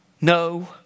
no